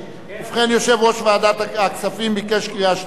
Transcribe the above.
ובכן, יושב-ראש ועדת הכספים ביקש קריאה שלישית.